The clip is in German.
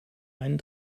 einen